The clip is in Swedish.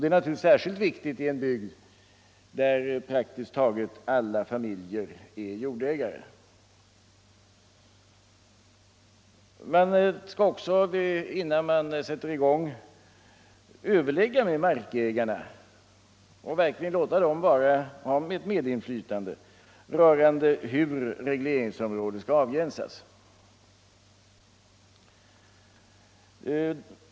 Det är naturligtvis särskilt viktigt i en bygd sande där praktiskt taget alla familjer är jordägare. Man skall också, innan man sätter i gång, överlägga med markägarna och verkligen låta dem ha ett medinflytande rörande hur regleringsområdet skall avgränsas.